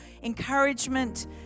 encouragement